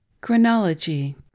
Chronology